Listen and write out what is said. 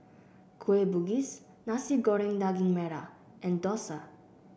Kueh Bugis Nasi Goreng Daging Merah and Dosa